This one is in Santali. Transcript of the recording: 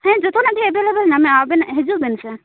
ᱦᱮᱸ ᱡᱚᱛᱚᱱᱟᱜ ᱜᱮ ᱮᱵᱮᱞᱮᱵᱮᱞ ᱦᱮᱱᱟᱜᱼᱟ ᱟᱵᱮᱱ ᱦᱤᱡᱩᱜ ᱵᱮᱱ